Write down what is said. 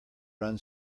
run